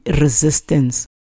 resistance